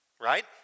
Right